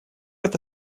это